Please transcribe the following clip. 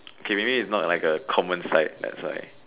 okay maybe it's not like a common sight that's why